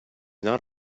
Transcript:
not